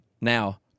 Now